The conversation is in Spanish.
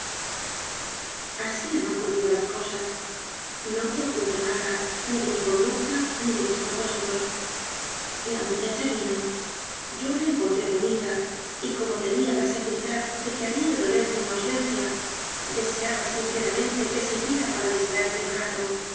así han ocurrido las cosas no te oculto nada ni de mi conducta ni de mis propósitos la mu chacha vino yo la encontré bonita y como tenía la seguridad de que había de dolerte mi ausencia deseaba sinceramente que sirviera para distraerte un rato